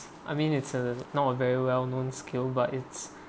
I mean it's a not a very well known skill but it's